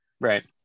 right